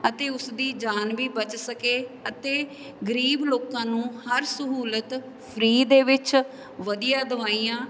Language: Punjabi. ਅਤੇ ਉਸਦੀ ਜਾਨ ਵੀ ਬਚ ਸਕੇ ਅਤੇ ਗਰੀਬ ਲੋਕਾਂ ਨੂੰ ਹਰ ਸਹੂਲਤ ਫਰੀ ਦੇ ਵਿੱਚ ਵਧੀਆ ਦਵਾਈਆਂ